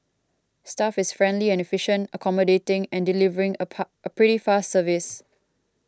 staff is friendly and efficient accommodating and delivering a pa pretty fast service